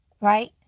Right